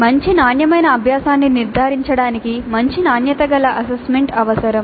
మంచి నాణ్యమైన అభ్యాసాన్ని నిర్ధారించడానికి మంచి నాణ్యత గల అసెస్మెంట్ అవసరం